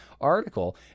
article